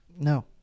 No